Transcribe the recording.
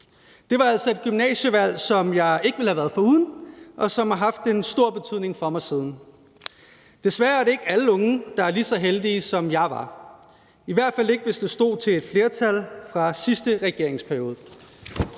Det var altså et gymnasievalg, som jeg ikke ville have været foruden, og som har haft en stor betydning for mig siden. Desværre er det ikke alle unge, der er lige så heldige, som jeg var, i hvert fald ikke, hvis det stod til et flertal fra sidste regeringsperiode.